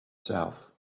south